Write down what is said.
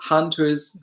Hunters